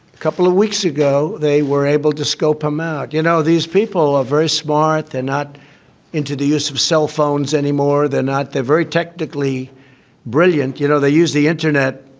couple of weeks ago they were able to scope him out you know these people are ah very smart. they're not into the use of cell phones anymore. they're not they're very technically brilliant. you know they use the internet